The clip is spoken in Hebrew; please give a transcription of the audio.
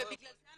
ובגלל זה,